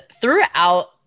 throughout